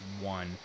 one